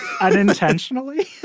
Unintentionally